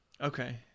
Okay